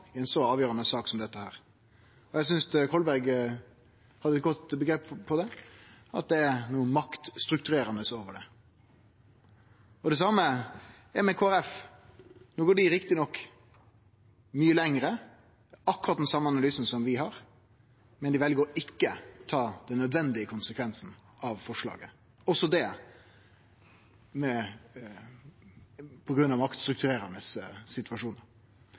ei så avgjerande sak som dette. Eg synest representanten Kolberg hadde eit godt omgrep for det: at det er noko maktstrukturerande over det. På same måten er det med Kristeleg Folkeparti. No går dei rett nok mykje lenger, dei har akkurat den same analysen som vi har, men dei vel ikkje å ta den nødvendige konsekvensen av forslaget – også det